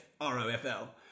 R-O-F-L